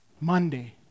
Monday